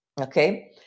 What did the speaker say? okay